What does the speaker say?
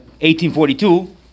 1842